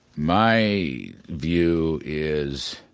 my view is